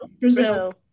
Brazil